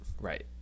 right